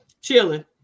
chilling